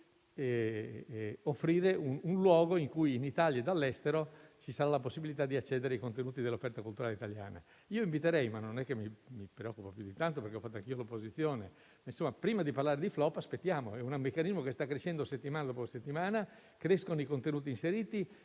offrendo un luogo in cui in Italia e dall'estero ci sarà la possibilità di accedere ai contenuti dell'offerta culturale italiana. Io inviterei - non mi preoccupo più di tanto, perché sono stato anche io all'opposizione - ad aspettare prima di parlare di *flop*. È un meccanismo che sta crescendo settimana dopo settimana; crescono i numeri dei contenuti inseriti